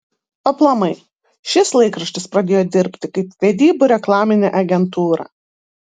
aplamai šis laikraštis pradėjo dirbti kaip vedybų reklaminė agentūra